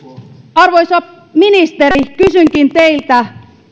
arvoisa ministeri kysynkin teiltä